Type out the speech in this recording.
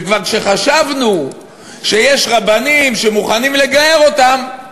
וכבר כשחשבנו שיש רבנים שמוכנים לגייר אותם,